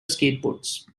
skateboards